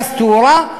גז תאורה,